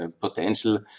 potential